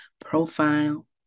profile